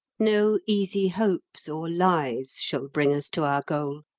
no easy hopes or lies shall bring us to our goal,